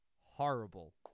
horrible